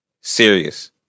serious